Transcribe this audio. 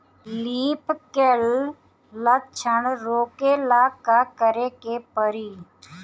Leaf curl लक्षण रोकेला का करे के परी?